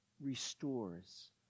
restores